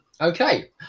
okay